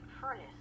furnace